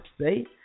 say